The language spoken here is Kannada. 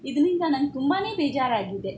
ಇದರಿಂದ ನಂಗೆ ತುಂಬಾ ಬೇಜಾರಾಗಿದೆ